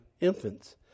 infants